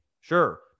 sure